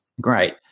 Great